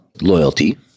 loyalty